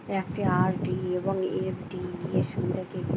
একটি আর.ডি এবং এফ.ডি এর সুবিধা কি কি?